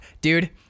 Dude